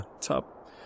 top